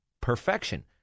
perfection